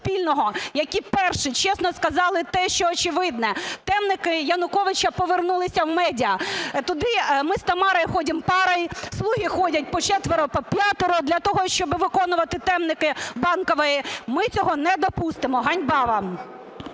які перші чесно сказали те, що очевидне: "темники" Януковича повернулися в медіа. Туди "ми с Тамарой ходим парой", "слуги" ходять по четверо-п'ятеро, для того щоб виконувати "темники" Банкової. Ми цього недопустимо! Ганьба вам!